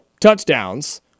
touchdowns